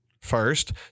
First